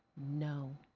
no.